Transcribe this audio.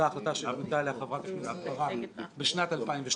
אותה החלטה --- אליה חברת הכנסת פארן בשנת 2012,